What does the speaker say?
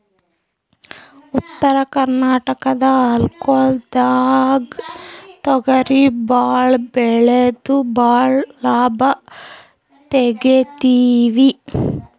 ಉತ್ತರ ಕರ್ನಾಟಕ ಹೊಲ್ಗೊಳ್ದಾಗ್ ತೊಗರಿ ಭಾಳ್ ಬೆಳೆದು ಭಾಳ್ ಲಾಭ ತೆಗಿತೀವಿ